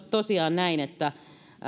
tosiaan näin että